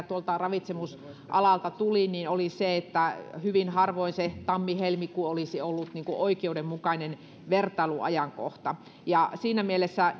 tuolta ravitsemusalalta tuli oli se että hyvin harvoin se tammi helmikuu olisi ollut oikeudenmukainen vertailuajankohta siinä mielessä